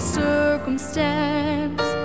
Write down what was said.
circumstance